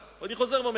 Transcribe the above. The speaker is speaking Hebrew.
אני חוזר ואומר,